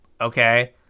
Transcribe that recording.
okay